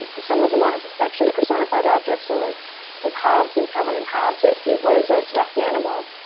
and some of them are actually personified objects. so like the kobs and calvin and hobbes that it was a stuffed animal,